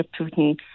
Putin